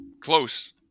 close